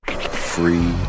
Free